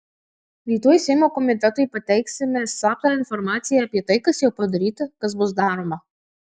rytoj seimo komitetui pateiksime slaptą informaciją apie tai kas jau padaryta kas bus daroma